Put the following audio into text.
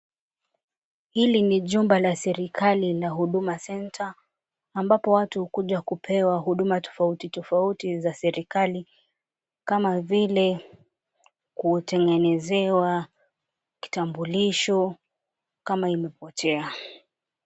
Hili ni jumba la serikali la Huduma Center ambapo watu hukuja kupewa huduma tofauti tofauti za serikali kama vile kutengenezewa kitambulisho kama imepotea.